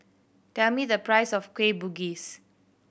tell me the price of Kueh Bugis